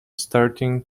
starting